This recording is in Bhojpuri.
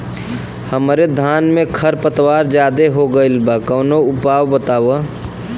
हमरे धान में खर पतवार ज्यादे हो गइल बा कवनो उपाय बतावा?